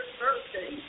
birthday